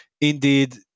indeed